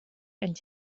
and